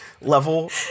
level